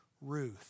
Ruth